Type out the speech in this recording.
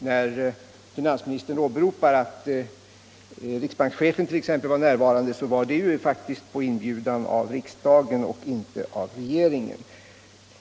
När finansministern åberopar att t.ex. riksbankschefen var närvarande så var det faktiskt på inbjudan av riksdagen och inte av regeringen.